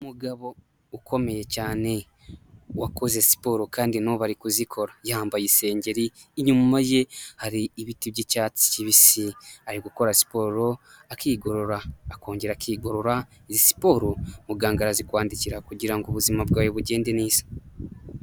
Umugabo ukomeye cyane wakoze siporo kandi n'ubu ari kuzikora, yambaye isengeri inyuma ye hari ibiti by'icyatsi kibisi. Ari gukora siporo akigorora, akongera akigorora. Izi siporo muganga arazikwandikira kugirango ubuzima bwawe bugende neza.